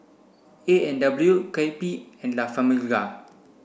A and W Kewpie and La Famiglia